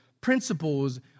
principles